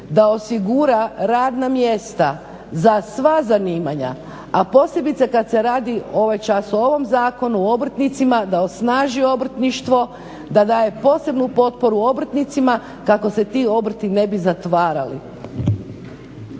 da osigura radna mjesta za sva zanimanja, a posebice kad se radi ovaj čas o ovom Zakonu o obrtnicima, da osnaži obrtništvo, da daje posebnu potporu obrtnicima kako se ti obrti ne bi zatvarali.